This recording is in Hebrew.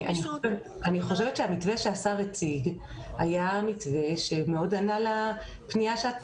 אני חושבת שהמתווה שהשר הציג היה מתווה שמאוד ענה לפנייה שאת פונה.